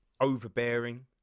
overbearing